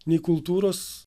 nei kultūros